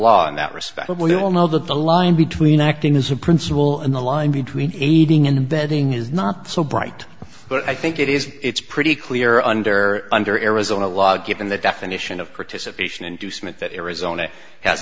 law in that respect we will know that the line between acting as a principal in the line between aiding and abetting is not so bright but i think it is it's pretty clear under under arizona law given the definition of participation inducement that era zoning has